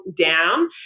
down